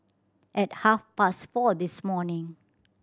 at half past four this morning